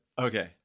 Okay